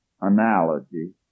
analogy